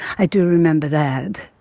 i do remember that.